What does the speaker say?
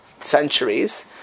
centuries